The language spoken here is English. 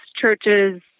churches